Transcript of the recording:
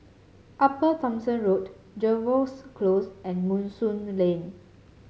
Upper Thomson Road Jervois Close and Moonstone Lane